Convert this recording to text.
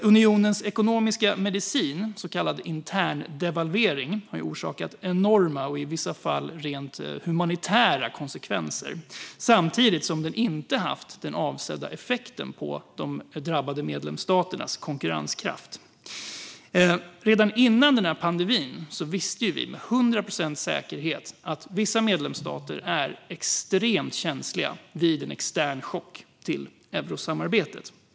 Unionens ekonomiska medicin, så kallad interndevalvering, har fått enorma och i vissa fall rent humanitära konsekvenser samtidigt som den inte haft den avsedda effekten på de drabbade medlemsstaternas konkurrenskraft. Redan innan pandemin visste vi med hundra procents säkerhet att vissa medlemsstater är extremt känsliga vid en extern chock mot eurosamarbetet.